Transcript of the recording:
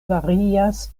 varias